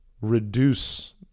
reduce